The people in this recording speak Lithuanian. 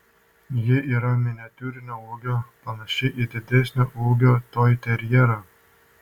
ji yra miniatiūrinio ūgio panaši į didesnio ūgio toiterjerą